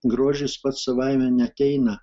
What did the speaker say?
grožis pats savaime neateina